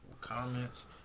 comments